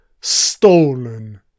stolen